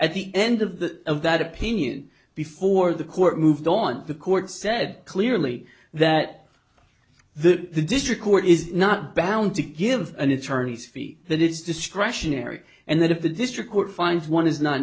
at the end of the of that opinion before the court moved on the court said clearly that the district court is not bound to give an attorney's fees that is discretionary and that if the district court finds one is not